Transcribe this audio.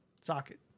Socket